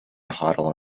hoddle